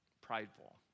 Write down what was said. prideful